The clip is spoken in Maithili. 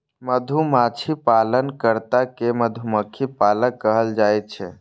मधुमाछी पालन कर्ता कें मधुमक्खी पालक कहल जाइ छै